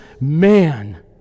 man